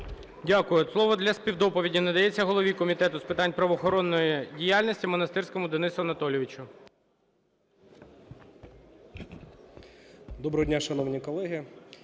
Дякую. Слово для співдоповіді надається голові Комітету з питань правоохоронної діяльності Монастирському Денису Анатолійовичу. 13:46:54 МОНАСТИРСЬКИЙ